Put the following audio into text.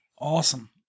Awesome